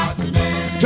today